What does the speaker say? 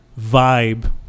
vibe